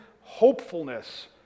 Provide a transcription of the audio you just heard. hopefulness